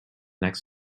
next